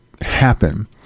happen